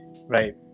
right